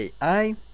AI